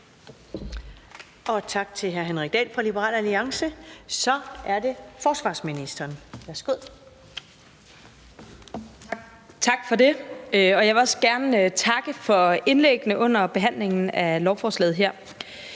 Tak for det. Jeg vil også gerne takke for indlæggene under behandlingen af lovforslaget.